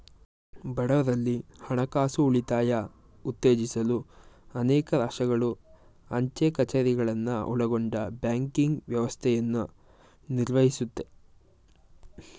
ಬಡವ್ರಲ್ಲಿ ಹಣ ಉಳಿತಾಯ ಉತ್ತೇಜಿಸಲು ಅನೇಕ ರಾಷ್ಟ್ರಗಳು ಅಂಚೆ ಕಛೇರಿಗಳನ್ನ ಒಳಗೊಂಡ ಬ್ಯಾಂಕಿಂಗ್ ವ್ಯವಸ್ಥೆಯನ್ನ ನಿರ್ವಹಿಸುತ್ತೆ